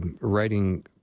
writing